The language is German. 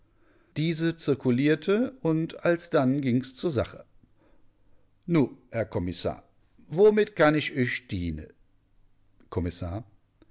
diese zirkulierte und alsdann ging's zur sache nu herr kommissär womit kann ich uech diene kommissar